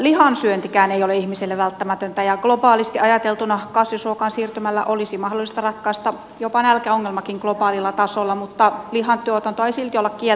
lihan syöntikään ei ole ihmiselle välttämätöntä ja globaalisti ajateltuna kasvisruokaan siirtymällä olisi mahdollista ratkaista jopa nälkäongelmakin globaalilla tasolla mutta lihantuotantoa ei silti olla kieltämässä